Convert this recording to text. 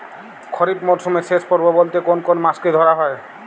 খরিপ মরসুমের শেষ পর্ব বলতে কোন কোন মাস কে ধরা হয়?